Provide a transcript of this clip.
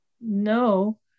no